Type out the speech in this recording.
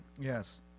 Yes